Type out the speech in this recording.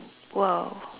!wow!